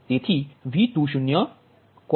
6153V30 પ્રાપ્ત થાય